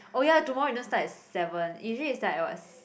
oh ya tomorrow you don't start at seven usually you start at what s~